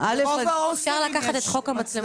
ברוב ההוסטלים יש מצלמות.